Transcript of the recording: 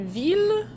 ville